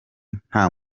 nta